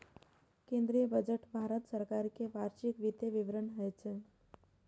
केंद्रीय बजट भारत सरकार के वार्षिक वित्तीय विवरण होइ छै